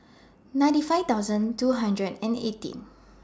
ninety five thousand two hundred and eighteen